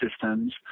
systems